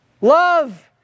Love